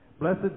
Blessed